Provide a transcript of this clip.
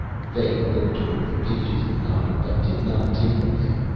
fay looked toward the pages and nodded, but did not take them yet.